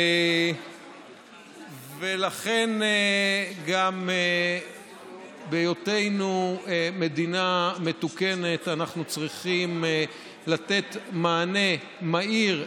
ולכן גם בהיותנו מדינה מתוקנת אנחנו צריכים לתת מענה מהיר,